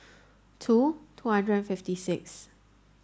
two two hundred and fifty six